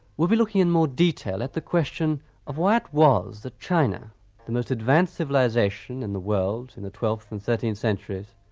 we'll be looking with more detail at the question of why it was that china the most advanced civilisation in the world in the twelfth and thirteenth centuries,